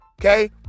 okay